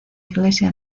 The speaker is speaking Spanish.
iglesia